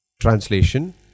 Translation